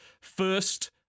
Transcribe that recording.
first